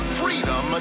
freedom